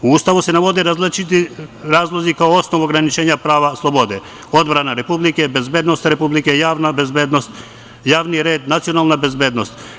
U Ustavu se navode različiti razlozi kao osnov ograničenja prava slobode - odbrana Republike, bezbednost Republike, javna bezbednost, javni red, nacionalna bezbednost.